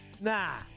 Nah